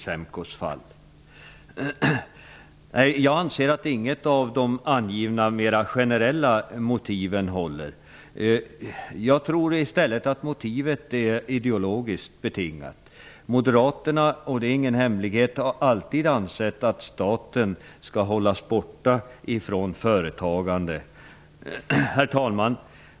Nej, jag anser att inget av de angivna mera generella motiven håller. Jag tror i stället att motivet är ideologiskt betingat. Moderaterna har alltid -- det är ingen hemlighet -- ansett att staten skall hållas borta ifrån företagande. Herr talman!